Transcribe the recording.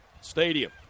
Stadium